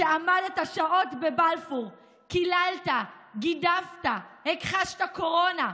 שעמדת שעות בבלפור, קיללת, גידפת, הכחשת קורונה,